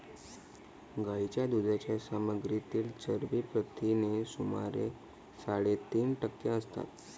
गायीच्या दुधाच्या सामग्रीतील चरबी प्रथिने सुमारे साडेतीन टक्के असतात